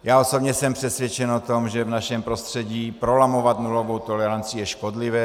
Já osobně jsem přesvědčen o tom, že v našem prostředí prolamovat nulovou toleranci je škodlivé.